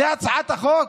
זו הצעת החוק?